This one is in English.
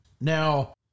Now